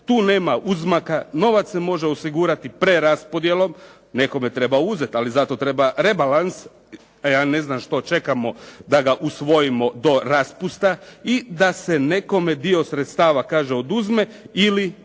tu nema uzmaka. Novac se može osigurati preraspodjelom. Nekome treba uzeti, ali zato treba rebalans, a ja ne znam što čekamo da ga usvojimo do raspusta i da se nekome dio sredstava, kaže oduzme ili